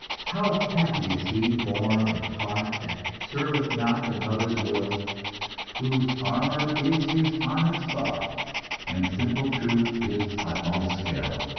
how happy is he born and taught that serveth not another's will whose armour is his honest thought and simple truth his utmost skill!